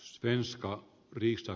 svenska krista